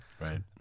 right